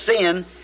sin